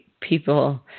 people